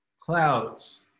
clouds